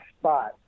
spot